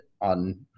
on